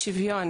לנציבות שוויון.